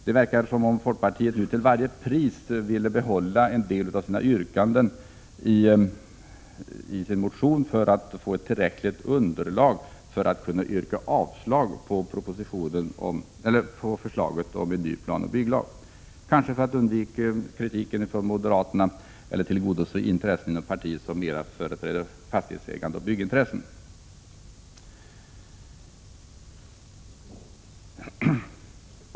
Det verkar som om folkpartiet nu till varje pris vill behålla en del av yrkandena i sin motion för att få tillräckligt underlag för att kunna yrka avslag på förslaget om ny planoch bygglag — kanske för att undvika kritik från moderaterna eller för att tillmötesgå dem inom partiet som mer företräder fastighetsägande och byggintressen.